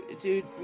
dude